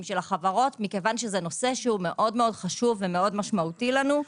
של החברות כי זה נושא מאוד חשוב ומשמעותי לנו.